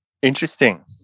Interesting